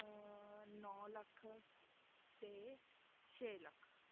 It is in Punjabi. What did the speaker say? ਨੌ ਲੱਖ ਅਤੇ ਛੇ ਲੱਖ